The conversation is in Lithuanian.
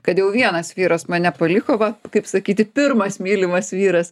kad jau vienas vyras mane paliko va kaip sakyti pirmas mylimas vyras